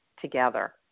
together